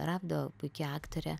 ravdo puiki aktorė